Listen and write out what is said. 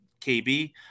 KB